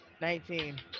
Nineteen